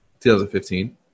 2015